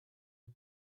the